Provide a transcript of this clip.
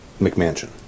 McMansion